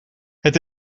het